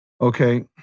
Okay